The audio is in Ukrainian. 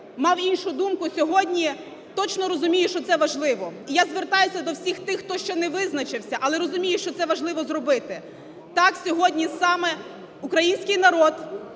мав іншу думку, сьогодні точно розуміє, що це важливо. І я звертаюся до всіх тих, хто ще не визначився, але розуміє, що це важливо зробити. Так, сьогодні саме український народ